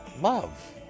love